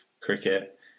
cricket